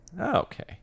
Okay